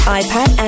iPad